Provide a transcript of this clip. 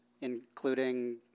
including